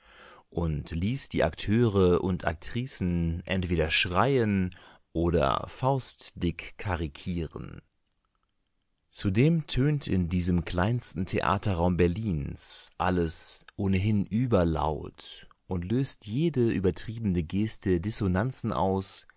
und ließ die akteure und aktricen entweder schreien oder faustdick karikieren zudem tönt in diesem kleinsten theaterraum berlins alles ohnehin überlaut und löst jede übertriebene geste dissonanzen aus